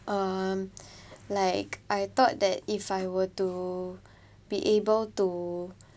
um like I thought that if I were to be able to